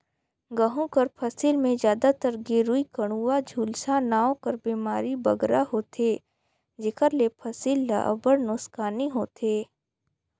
गहूँ कर फसिल में जादातर गेरूई, कंडुवा, झुलसा नांव कर बेमारी बगरा होथे जेकर ले फसिल ल अब्बड़ नोसकानी होथे